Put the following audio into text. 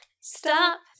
stop